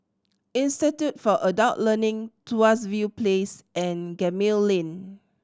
Institute for Adult Learning Tuas View Place and Gemmill Lane